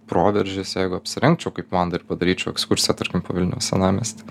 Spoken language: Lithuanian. proveržis jeigu apsirengčiau kaip vanda ir padaryčiau ekskursiją tarkim po vilniaus senamiestį